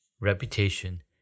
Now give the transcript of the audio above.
reputation